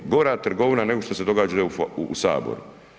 Gora trgovina nego što se događa u saboru.